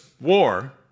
war